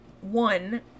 one